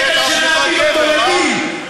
כדי שנעמיד אותו לדין.